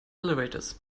elevators